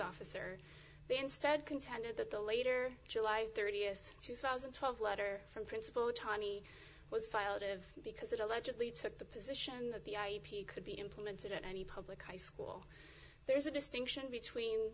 officer they instead contended that the later july thirtieth two thousand and twelve letter from principal tiny was filed of because it allegedly took the position of the i e p could be implemented at any public high school there is a distinction between